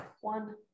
one